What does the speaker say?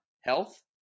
health